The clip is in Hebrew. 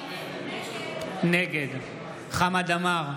נגד חמד עמאר,